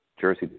jersey